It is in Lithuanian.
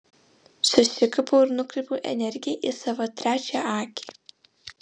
susikaupiau ir nukreipiau energiją į savo trečią akį